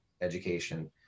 education